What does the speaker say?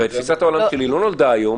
ותפיסת העולם שלי לא נולדה היום,